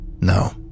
no